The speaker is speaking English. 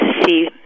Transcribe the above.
see